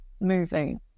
moving